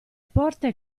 porte